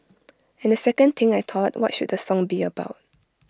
and the second thing I thought what should the song be about